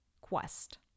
quest